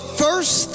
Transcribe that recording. first